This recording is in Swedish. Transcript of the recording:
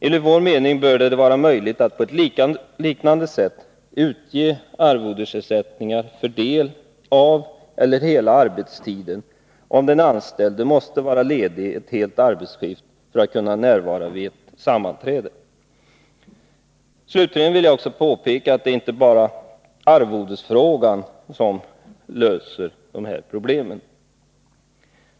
Enligt vår mening bör det vara möjligt att på liknande sätt utge arvodesersättning för del av eller hela arbetstiden om den anställda måste vara ledig ett helt arbetsskift för att kunna närvara vid ett sammanträde. Slutligen vill jag påpeka att det inte bara är arvodesfrågan som löser de här problemen.